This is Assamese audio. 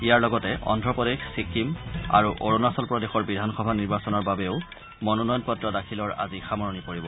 ইয়াৰ লগতে অন্ধ্ৰপ্ৰদেশ ছিক্কিম আৰু অৰুণাচল প্ৰদেশৰ বিধানসভা নিৰ্বাচনৰ বাবেও মনোনয়নপত্ৰ দাখিলৰ আজি সামৰণি পৰিব